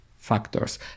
factors